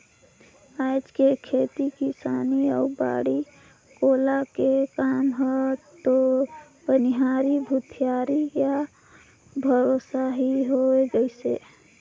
आयज के खेती किसानी अउ बाड़ी कोला के काम हर तो बनिहार भूथी यार भरोसा हो गईस है